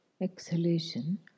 exhalation